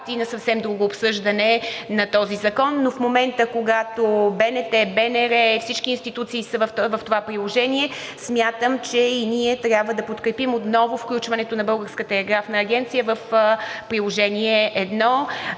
и на съвсем друго обсъждане на този закон. Но в момента, когато БНТ, БНР, всички институции са в това приложение, смятам, че и ние трябва да подкрепим отново включването на Българската телеграфна агенция в Приложение №